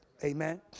Amen